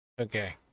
Okay